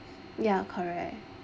ya correct